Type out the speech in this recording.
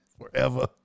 Forever